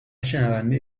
شنونده